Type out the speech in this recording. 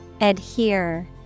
Adhere